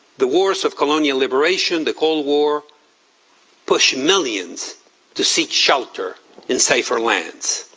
the wars of colonial liberation, the cold war pushed millions to seek shelter in safer lands.